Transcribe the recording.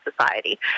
society